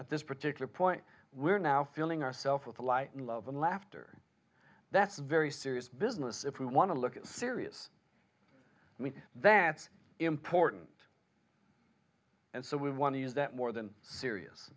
but this particular point we're now feeling ourself with the light and love and laughter that's very serious business if we want to look at serious i mean that's important and so we want to use that more than serious